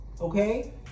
okay